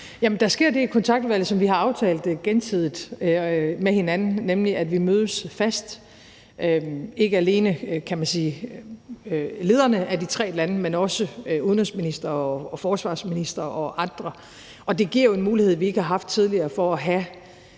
Der sker det i Kontaktudvalget, som vi har aftalt gensidigt med hinanden, nemlig at vi mødes fast, ikke alene lederne af de tre lande, men også udenrigsministre, forsvarsministre og andre. Og det giver jo en mulighed, vi ikke har haft tidligere, for at have